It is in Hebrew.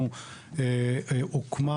הוקמה